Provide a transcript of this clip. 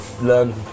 learn